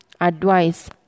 advice